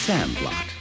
Sandlot